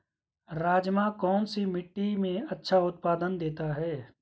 राजमा कौन सी मिट्टी में अच्छा उत्पादन देता है?